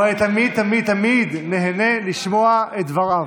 אבל אני תמיד תמיד תמיד נהנה לשמוע את דבריו.